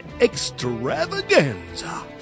Extravaganza